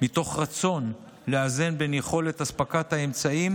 מתוך רצון לאזן בין יכולת אספקת האמצעים